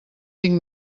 cinc